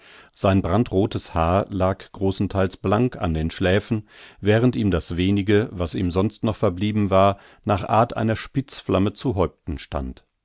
sein brandrothes haar lag großentheils blank an den schläfen während ihm das wenige was ihm sonst noch verblieben war nach art einer spitzflamme zu häupten stand